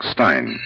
Stein